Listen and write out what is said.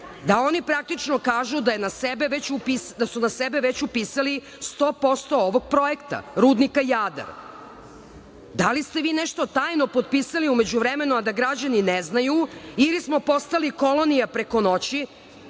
da oni praktično kažu da su na sebe već upisali 100% ovog projekta rudnika Jadar. Da li ste vi nešto tajno potpisali u međuvremenu, a da građani ne znaju ili smo postali kolonija preko noći,